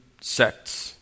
sects